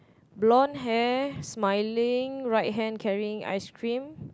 blonde hair smiling right hand carrying ice cream